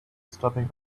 stopping